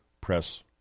press